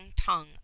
tongue